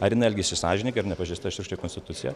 ar jinai elgėsi sąžiningai ar nepažeista šiurkščiai konstitucija